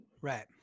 Right